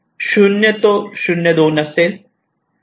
0 तो 02 असेल